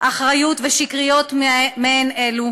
אחריות ושקריות מעין אלו.